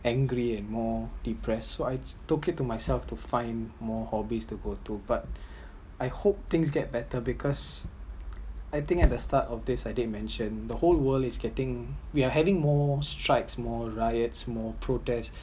angry and more depressed so I took it to myself to find more hobbies to go to but I hope things get better because I think at the start of this I did mentioned the whole world is getting we are having more strikes more riots more protests